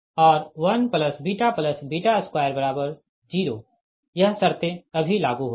और 1β20 यह शर्तें अभी लागू होंगी